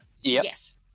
Yes